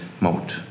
mode